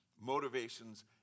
motivations